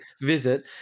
visit